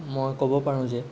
মই ক'ব পাৰোঁ যে